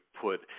put